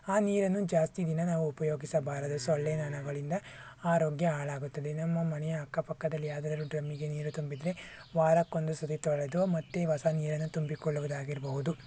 ಆ ನೀರನ್ನು ಜಾಸ್ತಿ ದಿನ ನಾವು ಉಪಯೋಗಿಸಬಾರದು ಸೊಳ್ಳೆ ನೊಣಗಳಿಂದ ಆರೋಗ್ಯ ಹಾಳಾಗುತ್ತದೆ ನಮ್ಮ ಮನೆಯ ಅಕ್ಕಪಕ್ಕದಲ್ಲಿ ಯಾವ್ದಾದ್ರೂ ಡ್ರಮ್ಮಿಗೆ ನೀರು ತುಂಬಿದರೆ ವಾರಕ್ಕೊಂದು ಸರ್ತಿ ತೊಳೆದು ಮತ್ತೆ ಹೊಸ ನೀರನ್ನು ತುಂಬಿಕೊಳ್ಳುವುದಾಗಿರ್ಬಹುದು